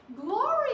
Glory